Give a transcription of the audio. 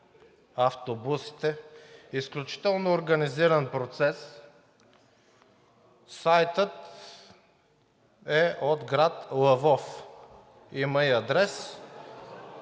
автобусите – изключително организиран процес. Сайтът е от град Лвов, има и адрес.